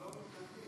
אנחנו לא מתנגדים,